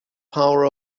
power